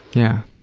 yeah.